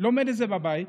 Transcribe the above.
לומד את זה בבית,